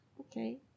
Okay